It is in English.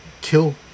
kill